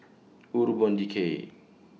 Decay